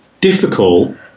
difficult